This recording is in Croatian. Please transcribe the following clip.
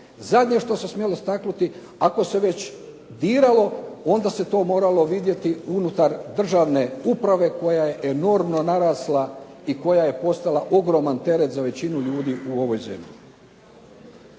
zadnje što se smjelo taknuti. Ako se već diralo onda se to moralo vidjeti unutar državne uprave koja je enormno narasla i koja je postala ogroman teret za većinu ljudi u ovoj zemlji.